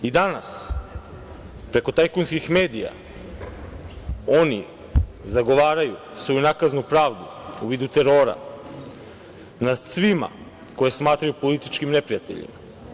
I danas preko tajkunskih medija oni zagovaraju svoju nakaznu pravdu u vidu terora nad svima koje smatraju političkim neprijateljima.